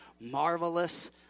Marvelous